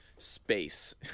space